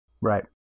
Right